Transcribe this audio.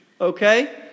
Okay